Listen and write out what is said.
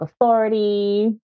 authority